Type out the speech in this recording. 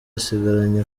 asigaranye